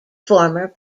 former